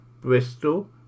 Bristol